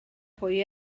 pwy